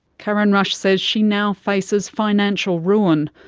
karen rush says she now faces financial ruin.